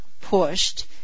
pushed